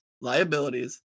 liabilities